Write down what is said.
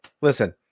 listen